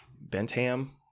bentham